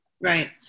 Right